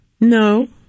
No